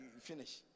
Finish